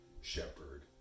shepherd